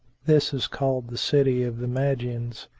this is called the city of the magians,